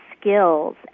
skills